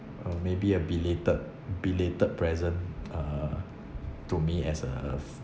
uh maybe a belated belated present uh to me as a